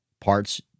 parts